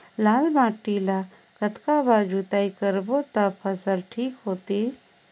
लाल माटी ला कतना बार जुताई करबो ता फसल ठीक होती?